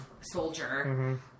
soldier